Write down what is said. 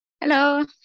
Hello